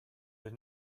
did